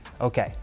Okay